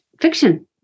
fiction